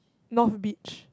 north beach